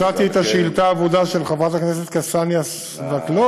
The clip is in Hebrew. מצאתי את השאילתה האבודה של חברת הכנסת קסניה סבטלובה,